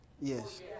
Yes